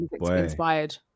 inspired